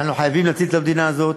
אנחנו חייבים להציל את המדינה הזאת,